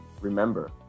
Remember